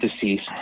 deceased